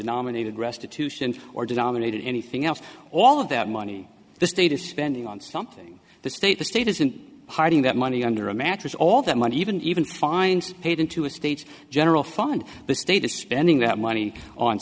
denominated restitution or dominated anything else all of that money the state is spending on something the state the state isn't hiding that money under a mattress all that money even even find paid into a state's general fund this day to spending that money on